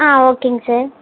ஆ ஓகேங்க சார்